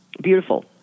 beautiful